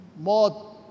more